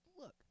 Look